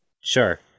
sure